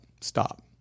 Stop